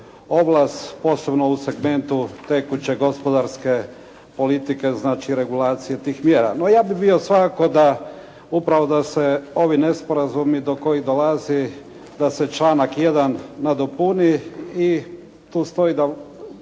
ovlast, posebno u segmentu tekuće gospodarske politike, znači regulacije tih mjera. No ja bih bio svakako upravo da se ovi nesporazumi do kojih dolazi da se članak 1. nadopuni i tu stoji da